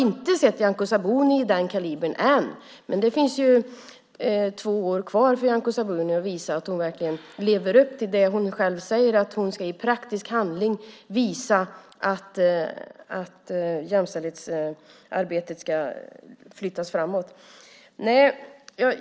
Nyamko Sabuni är inte av den kalibern än, men det finns två år kvar för henne att visa att hon lever upp till det hon själv säger om att hon i praktisk handling ska visa att jämställdhetsarbetet ska flyttas framåt.